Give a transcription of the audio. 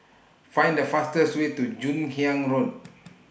Find The fastest Way to Joon Hiang Road